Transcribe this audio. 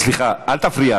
סליחה, אל תפריע.